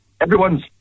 everyone's